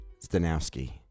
Stanowski